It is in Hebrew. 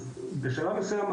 אז בשלב מסוים,